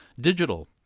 digital